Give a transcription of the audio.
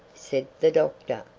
said the doctor.